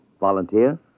volunteer